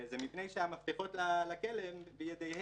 זה מפני שהמפתחות לכלא הם בידיהם.